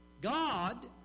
God